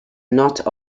not